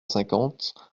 cinquante